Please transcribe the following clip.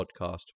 podcast